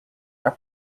are